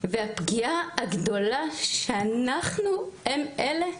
והפגיעה הגדולה שאנחנו הם אלה,